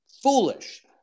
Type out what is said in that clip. Foolish